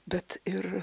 bet ir